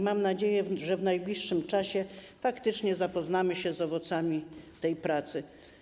Mam nadzieję, że w najbliższym czasie faktycznie zapoznamy się z owocami tej pracy.